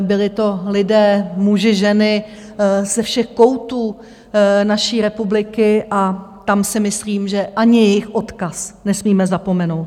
Byli to lidé, muži, ženy ze všech koutů naší republiky a tam si myslím, že ani jejich odkaz nesmíme zapomenout.